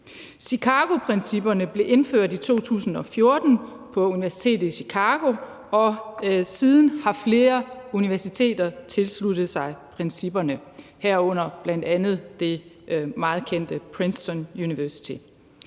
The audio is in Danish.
Chicagoprincipperne blev indført i 2014 på universitetet i Chicago, og siden har flere universiteter tilsluttet sig principperne, herunder bl.a. det meget kendte Princeton University.